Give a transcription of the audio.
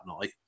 night